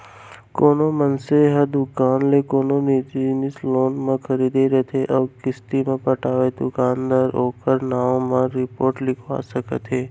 कोनो मनसे ह दुकान ले कोनो जिनिस लोन म खरीदे रथे अउ किस्ती नइ पटावय त दुकानदार ह ओखर नांव म रिपोट लिखवा सकत हे